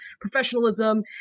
professionalism